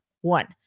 one